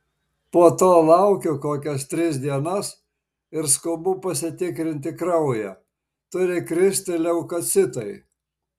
po to laukiu kokias tris dienas ir skubu pasitikrinti kraują turi kristi leukocitai